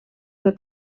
pel